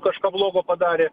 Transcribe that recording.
kažką blogo padarė